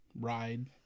ride